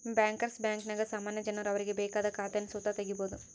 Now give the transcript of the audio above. bankers ಬ್ಯಾಂಕಿನಾಗ ಸಾಮಾನ್ಯ ಜನರು ಅವರಿಗೆ ಬೇಕಾದ ಖಾತೇನ ಸುತ ತಗೀಬೋದು